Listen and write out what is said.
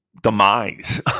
Demise